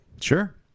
Sure